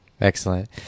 Excellent